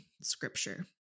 scripture